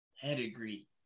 pedigree